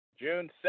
June